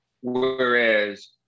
whereas